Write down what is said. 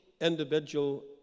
individual